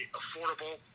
affordable